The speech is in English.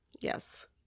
yes